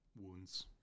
wounds